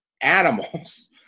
animals